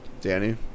danny